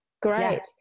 Great